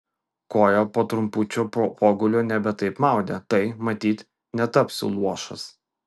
koją po trumpučio pogulio nebe taip maudė tai matyt netapsiu luošas